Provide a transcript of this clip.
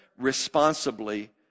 responsibly